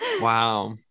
Wow